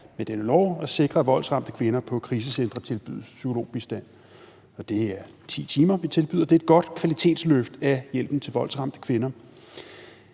med denne lov at sikre, at voldsramte kvinder på krisecentre tilbydes psykologbistand. Det er 10 timer, vi tilbyder dem, og det er et godt kvalitetsløft af hjælpen til voldsramte kvinder.